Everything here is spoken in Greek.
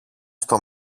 στο